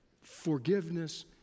Forgiveness